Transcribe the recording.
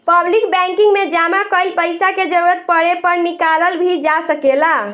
public banking में जामा कईल पइसा के जरूरत पड़े पर निकालल भी जा सकेला